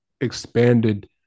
expanded